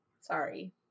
Sorry